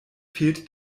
fehlt